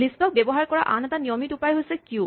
লিষ্টক ব্যৱহাৰ কৰা আন এটা নিয়মিত উপায় হৈছে কিউ